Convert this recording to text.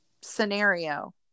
scenario